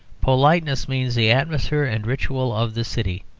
politeness means the atmosphere and ritual of the city,